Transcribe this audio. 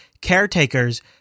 caretakers